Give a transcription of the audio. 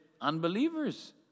unbelievers